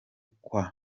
kwa